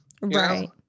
Right